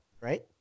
right